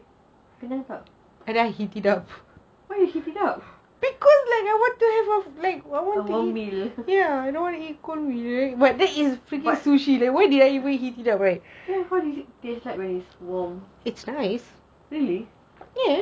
kenyang tak why you heat it up a warm meal then how does it taste like when it's warm really